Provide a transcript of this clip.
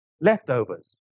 leftovers